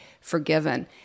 forgiven